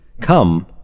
come